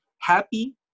happy